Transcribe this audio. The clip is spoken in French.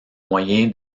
moyen